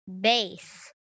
base